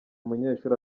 umunyeshuri